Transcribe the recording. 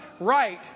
right